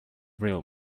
real